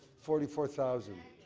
forty four thousand?